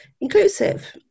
inclusive